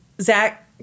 Zach